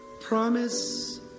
Promise